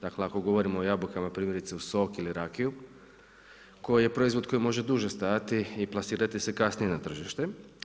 Dakle ako govorimo o jabukama primjerice u sok ili rakiju koji je proizvod koji može duže stajati i plasirati se kasnije na tržište.